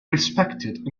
respected